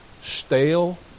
stale